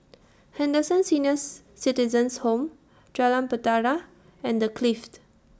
Henderson Seniors Citizens' Home Jalan Bahtera and The Clift